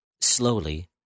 Slowly